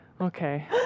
Okay